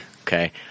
Okay